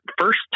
first